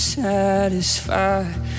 satisfied